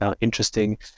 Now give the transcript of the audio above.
interesting